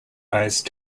rise